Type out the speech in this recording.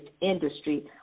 industry